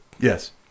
Yes